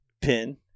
pin